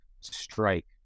strike